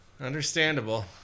Understandable